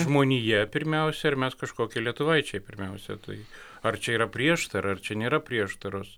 žmonija pirmiausia ir mes kažkokie lietuvaičiai pirmiausia tai ar čia yra prieštara ar čia nėra prieštaros